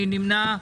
מי נמנע?